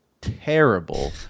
terrible